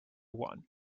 one